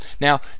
now